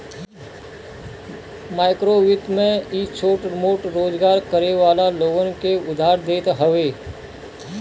माइक्रोवित्त में इ छोट मोट रोजगार करे वाला लोगन के उधार देत हवे